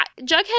Jughead